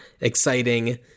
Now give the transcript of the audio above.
exciting